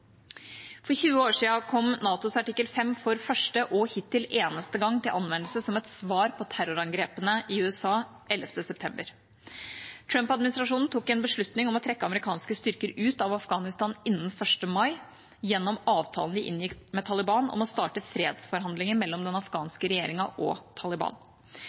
For 20 år siden kom NATOs artikkel 5 for første og hittil eneste gang til anvendelse som et svar på terrorangrepene i USA den 11. september. Trump-administrasjonen tok en beslutning om å trekke amerikanske styrker ut av Afghanistan innen 1. mai i år gjennom avtalen de inngikk med Taliban om å starte fredsforhandlinger mellom den afghanske regjeringen og Taliban.